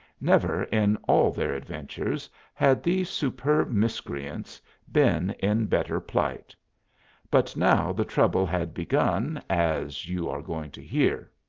never in all their adventures had these superb miscreants been in better plight but now the trouble had begun, as you are going to hear.